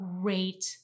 great